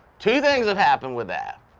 two things have happened with that.